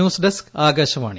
news desk Akashvani